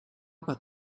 about